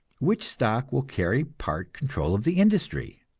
which stock will carry part control of the industry.